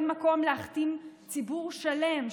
אין מקום להכתים ציבור שלם,